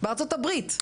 בארצות הברית,